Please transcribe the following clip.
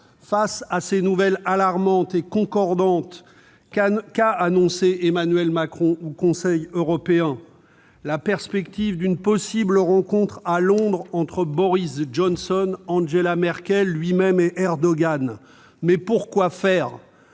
Devant ces nouvelles alarmantes et concordantes, qu'a annoncé Emmanuel Macron au Conseil européen ? Une possible rencontre à Londres entre Boris Johnson, Angela Merkel, lui-même et Erdogan, mais pour quoi faire ?